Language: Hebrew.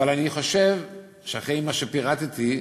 אבל אני חושב שאחרי מה שפירטתי,